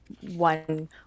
one